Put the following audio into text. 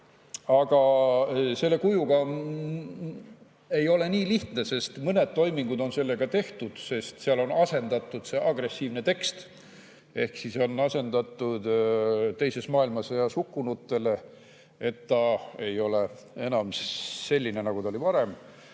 Aga selle kujuga ei ole see nii lihtne, sest mõned toimingud on sellega tehtud. Seal on asendatud see agressiivne tekst tekstiga "Teises maailmasõjas hukkunutele". Ta ei ole enam selline, nagu ta oli varem,